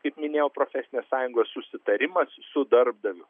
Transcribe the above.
kaip minėjau profesinės sąjungos susitarimas su darbdaviu